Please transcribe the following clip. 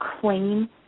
clean